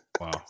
Wow